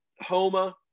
Homa